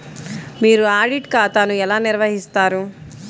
మీరు ఆడిట్ ఖాతాను ఎలా నిర్వహిస్తారు?